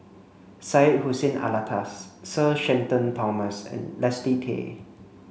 Syed Hussein Alatas Sir Shenton Thomas and Leslie Tay